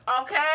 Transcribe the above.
Okay